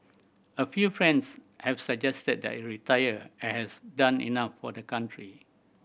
a fewer friends have suggested that I retire I as I have done enough for the country